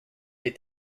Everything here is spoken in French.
est